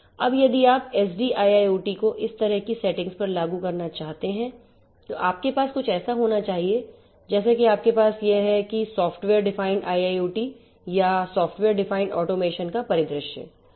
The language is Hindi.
अब यदि आप SDIIoT को इस तरह की सेटिंग्स पर लागू करना चाहते हैं तो आपके पास कुछ ऐसा होना चाहिए जैसा कि आपके पास यह है कि सॉफ्टवेयर डिफाइंड IIoT या सॉफ्टवेयर डिफाइंड ऑटोमेशन का परिदृश्य है